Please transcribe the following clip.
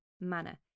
manner